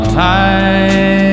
time